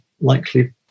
likely